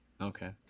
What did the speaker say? okay